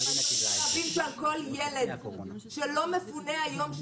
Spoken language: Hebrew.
אבל צריך להבין שעל כל ילד שלא מפונה היום,